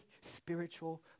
spiritual